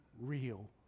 real